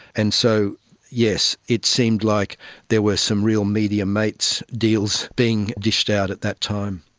and so yes, it seems like there were some real media mates' deals being dished out at that time.